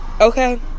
okay